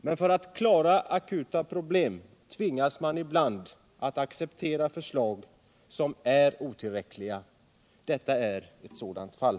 Men för att klara akuta problem tvingas man ibland acceptera förslag som är otillräckliga. Detta är ett sådant fall.